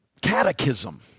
catechism